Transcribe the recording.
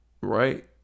Right